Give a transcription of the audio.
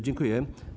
Dziękuję.